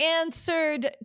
answered